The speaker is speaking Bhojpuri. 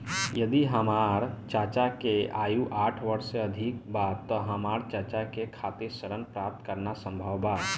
यदि हमार चाचा के आयु साठ वर्ष से अधिक बा त का हमार चाचा के खातिर ऋण प्राप्त करना संभव बा?